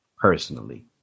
personally